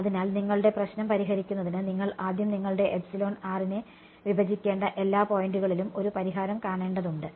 അതിനാൽ നിങ്ങളുടെ പ്രശ്നം പരിഹരിക്കുന്നതിന് നിങ്ങൾ ആദ്യം നിങ്ങളുടെ എപ്സിലോൺ r നെ വിഭജിക്കേണ്ട എല്ലാ പോയിന്റുകളിലും ഒരു പരിഹാരം കാണേണ്ടതുണ്ട്